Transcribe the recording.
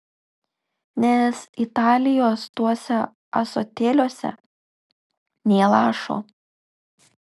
nes italijos tuose ąsotėliuose nė lašo